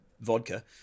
vodka